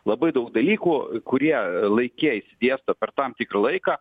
labai daug dalykų kurie laike išsidėsto per tam tikrą laiką